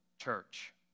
church